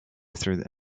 through